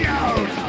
out